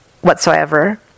whatsoever